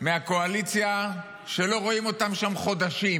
מהקואליציה שלא רואים אותם שם חודשים,